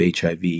hiv